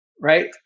right